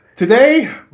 Today